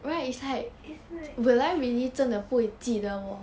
is like